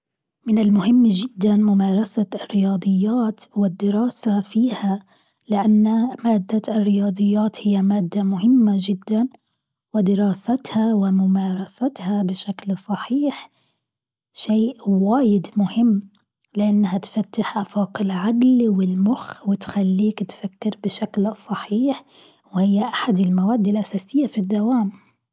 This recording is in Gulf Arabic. من المهم جدا ممارسة الرياضيات والدراسة فيها، لأن مادة الرياضيات هي مادة مهمة جدا، ودراستها وممارستها بشكل صحيح شيء واجد مهم لانها تفتح أفاق العقل والمخ وتخليك تفكر بشكل صحيح، وهي ااحد المواد الأساسية في الدوام.